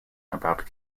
about